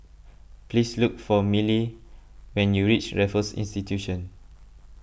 please look for Milly when you reach Raffles Institution